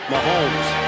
Mahomes